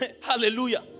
Hallelujah